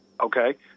okay